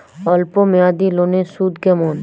অল্প মেয়াদি লোনের সুদ কেমন?